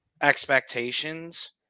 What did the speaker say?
expectations